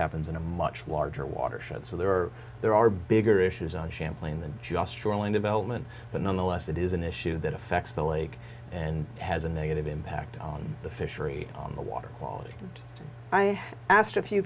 happens in a much larger watershed so there are there are bigger issues on champlain than just shoreline development but nonetheless it is an issue that affects the lake and has a negative impact on the fishery on the water quality and i asked a few